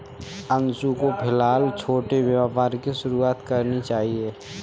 अंशु को फिलहाल छोटे व्यापार की शुरुआत करनी चाहिए